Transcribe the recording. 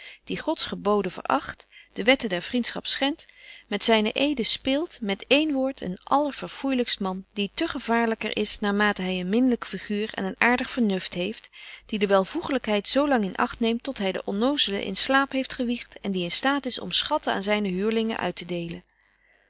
die gods geboden veracht de wetten der vriendschap schendt met zyne eeden speelt met één woord een allerverfoeilykst man die te gevaarlyker is betje wolff en aagje deken historie van mejuffrouw sara burgerhart naar mate hy een minlyk figuur en een aartig vernuft heeft die de welvoeglykheid zo lang in acht neemt tot hy de onnoosle in slaap heeft gewiegt en die in staat is om schatten aan zyne huurlingen uittedeelen